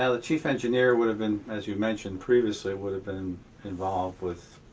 ah the chief engineer would have been, as you mentioned previously, would have been involved with